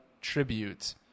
tribute